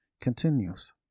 continues